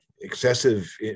excessive